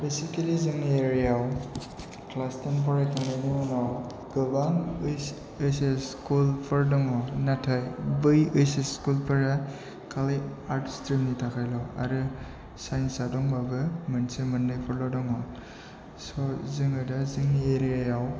basically जोंनि एरियाआव class ten फरायखांनायनि उनाव गोबां ऐस एस स्कुल फोर दङ नाथाय बै ऐस एस स्कुलफोरा खालि आर्ट्स स्ट्रिमनि थाखायल' आरो साइन्स आ दंब्लाबो मोनसे मोननैफोरल' दङ स' जोङो दा जोंनि एरियायाव